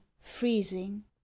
freezing